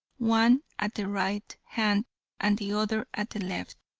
one at the right hand and the other at the left.